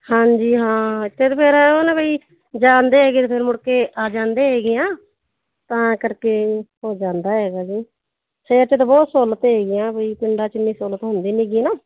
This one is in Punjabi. ਹਾਂਜੀ ਹਾਂ ਇੱਥੇ ਫਿਰ ਉਹ ਨਾ ਬਈ ਜਾਂਦੇ ਹੈਗੇ ਫਿਰ ਮੁੜ ਕੇ ਆ ਜਾਂਦੇ ਹੈਗੇ ਹਾਂ ਤਾਂ ਕਰਕੇ ਹੋ ਜਾਂਦਾ ਹੈਗਾ ਜੀ ਸ਼ਹਿਰ 'ਚ ਤਾਂ ਬਹੁਤ ਸਹੂਲਤਾਂ ਹੈਗੀਆਂ ਬਈ ਪਿੰਡਾਂ 'ਚ ਐਨੀ ਸਹੂਲਤ ਹੁੰਦੀ ਨਹੀਂ ਹੈਗੀ ਹੈ ਨਾ